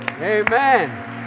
amen